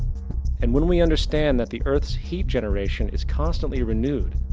and when we understand that the earth's heat generation is constantly renewed,